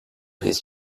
his